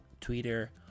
Twitter